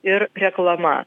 ir reklama